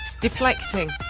Deflecting